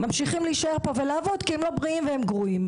ממשיכים להישאר פה ולעבוד כי הם לא בריאים והם גרועים.